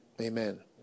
Amen